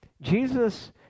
Jesus